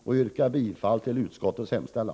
Jag yrkar bifall till utskottets hemställan.